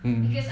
mm